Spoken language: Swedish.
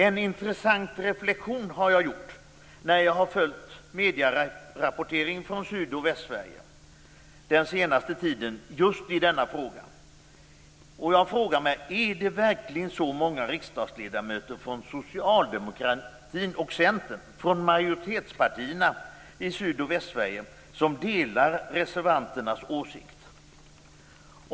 En intressant reflexion har jag gjort när jag har följt medierapporteringen från Syd och Västsverige den senaste tiden just i denna fråga. Jag frågar mig om det verkligen är så många riksdagsledamöter från socialdemokratin och Centern i Syd och Västsverige - från majoritetspartierna - som delar reservanternas åsikter.